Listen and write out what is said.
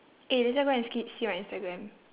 eh later go and ski~ see my instagram